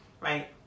right